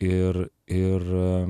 ir ir